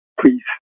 please